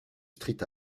street